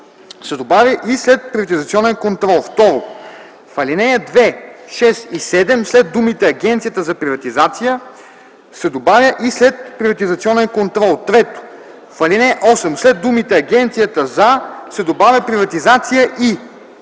се добавя „и следприватизационен контрол”. 2. В ал. 2, 6 и 7 след думите „Агенцията за приватизация” се добавя „и следприватизационен контрол”. 3. В ал. 8 след думите „Агенцията за” се добавя „приватизация и”.